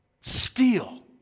steal